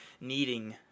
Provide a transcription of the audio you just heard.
needing